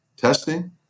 Testing